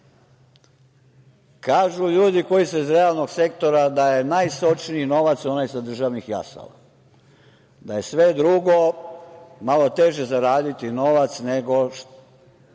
ljudi koji su iz realnog sektora da je najsočniji novac onaj sa državnih jasala, da je sve drugo malo teže zaraditi novac nego